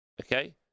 okay